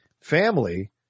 family